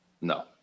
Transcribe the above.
No